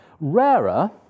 Rarer